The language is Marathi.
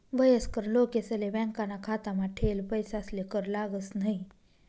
वयस्कर लोकेसले बॅकाना खातामा ठेयेल पैसासले कर लागस न्हयी